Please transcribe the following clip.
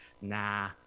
nah